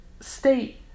state